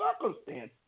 circumstance